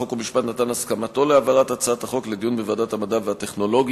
חוק ומשפט נתן הסכמתו להעברת הצעת החוק לדיון בוועדת המדע והטכנולוגיה.